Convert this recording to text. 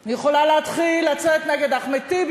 אני יכולה להתחיל לצאת נגד אחמד טיבי